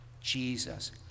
Jesus